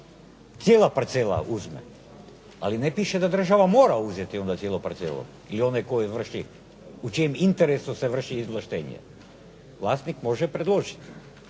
cijela parcela uzme, ali ne piše da država mora uzeti onda cijelu parcelu, i onaj koji vrši, u čijem interesu se vrši izvlaštenje. Vlasnik može predložiti,